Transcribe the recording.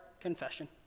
confession